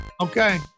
Okay